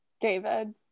David